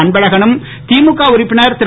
அன்பழகனும் திமுக உறுப்பினர் திரு